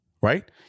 right